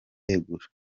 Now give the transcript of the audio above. yegura